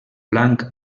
blanc